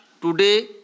today